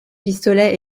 pistolet